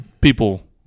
people